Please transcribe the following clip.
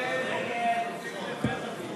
הצעת סיעות